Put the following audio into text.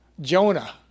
Jonah